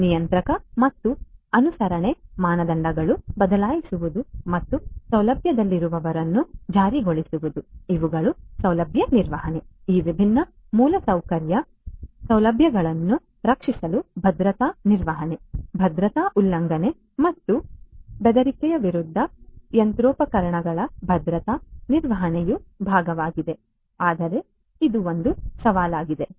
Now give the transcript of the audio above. ನಿಯಂತ್ರಕ ಮತ್ತು ಅನುಸರಣೆ ಮಾನದಂಡಗಳನ್ನು ಬದಲಾಯಿಸುವುದು ಮತ್ತು ಸೌಲಭ್ಯದಲ್ಲಿರುವವರನ್ನು ಜಾರಿಗೊಳಿಸುವುದು ಇವುಗಳು ಸೌಲಭ್ಯ ನಿರ್ವಹಣೆ ಈ ವಿಭಿನ್ನ ಮೂಲಸೌಕರ್ಯ ಸೌಲಭ್ಯಗಳನ್ನು ರಕ್ಷಿಸಲು ಭದ್ರತಾ ನಿರ್ವಹಣೆ ಭದ್ರತಾ ಉಲ್ಲಂಘನೆ ಮತ್ತು ಬೆದರಿಕೆಗಳ ವಿರುದ್ಧ ಯಂತ್ರೋಪಕರಣಗಳ ಭದ್ರತಾ ನಿರ್ವಹಣೆಯು ಭಾಗವಾಗಿದೆ ಆದರೆ ಇದು ಒಂದು ಸವಾಲಾಗಿದೆ